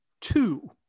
two